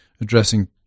addressing